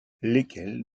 lesquels